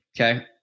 Okay